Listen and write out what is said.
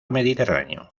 mediterráneo